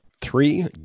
three